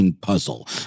puzzle